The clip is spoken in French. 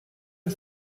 une